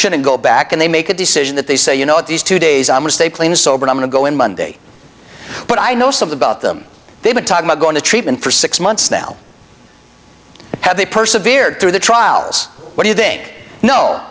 shouldn't go back and they make a decision that they say you know these two days i'm a stay clean sober i'm going to go in monday but i know something about them they've been talking a going to treatment for six months now have they persevered through the trials what do you think no